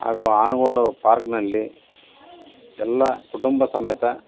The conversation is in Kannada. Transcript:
ಹಾಗೂ ಆನುಗೋಡು ಪಾರ್ಕ್ನಲ್ಲಿ ಎಲ್ಲಾ ಕುಟುಂಬ ಸಮೇತ